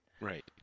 Right